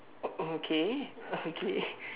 o~ okay okay